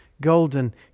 golden